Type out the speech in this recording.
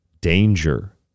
danger